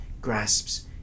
grasps